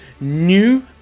new